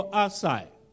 outside